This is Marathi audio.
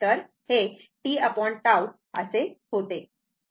तर हे t tau असे होते